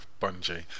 Bungie